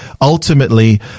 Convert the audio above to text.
ultimately